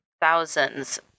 thousands